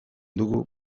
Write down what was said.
dugu